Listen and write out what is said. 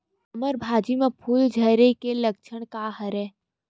हमर भाजी म फूल झारे के लक्षण का हरय?